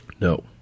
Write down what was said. No